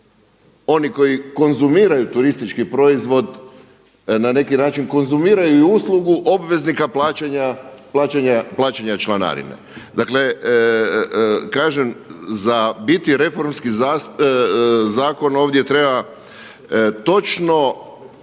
oni koji konzumiraju turistički proizvod na neki način konzumiraju i uslugu obveznika plaćanja članarine. Dakle, kažem za biti reformski zakon ovdje treba točno